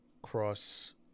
cross